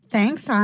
Thanks